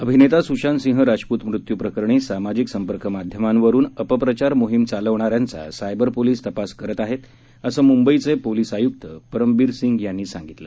अभिनेता सूशांतसिंह राजपूत मृत्यू प्रकरणी सामाजिक संपर्क माध्यमांवरून अपप्रचार मोहीम चालवणाऱ्यांचा सायबर पोलीस तपास करत आहेत असं मुंबईचे पोलीस आयुक्त परमबीरसिंह यांनी सांगितलं